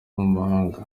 mahanga